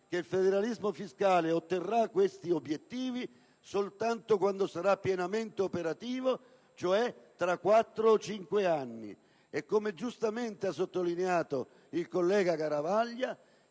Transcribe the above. che il federalismo fiscale otterrà questi obiettivi soltanto quando sarà pienamente operativo, cioè tra quattro o cinque anni. E, come giustamente ha sottolineato il collega Garavaglia,